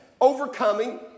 overcoming